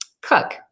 cook